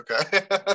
okay